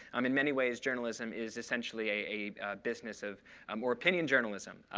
um in many ways, journalism is essentially a business of um or opinion journalism,